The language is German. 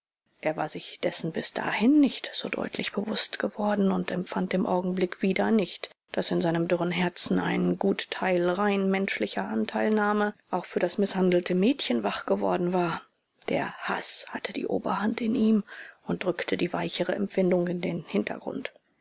er war sich dessen bis dahin nicht so deutlich bewußt geworden und empfand im augenblick wieder nicht daß in seinem dürren herzen ein gut teil rein menschlicher anteilnahme auch für das mißhandelte mädchen wach geworden war der haß hatte die oberhand in ihm und drückte die weichere empfindung in den hintergrund